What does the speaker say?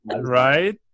Right